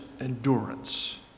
endurance